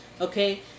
okay